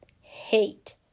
hate